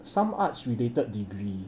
some arts related degree